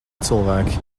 cilvēki